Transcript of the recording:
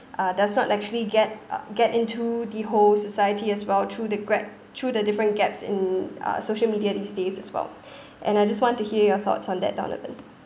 uh does not actually get uh get into the whole society as well through the gra~ through the different gaps in uh social media these days as well and I just want to hear your thoughts on that donovan